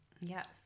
Yes